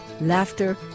laughter